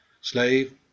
Slave